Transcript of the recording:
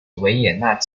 维也纳